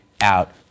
out